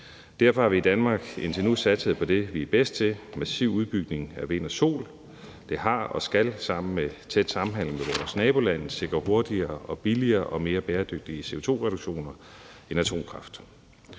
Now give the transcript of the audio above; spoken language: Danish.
Derfor har vi i Danmark indtil nu satset på det, vi er bedst til, nemlig massiv udbygning af vind og sol. Det har og skal sammen med tæt samhandel med vores nabolande sikre hurtigere og billigere og mere bæredygtige CO2-reduktioner end atomkraft.